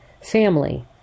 Family